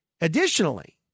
Additionally